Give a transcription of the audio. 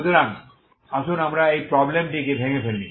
সুতরাং আসুন আমরা এই প্রবলেম টিকে ভেঙে ফেলি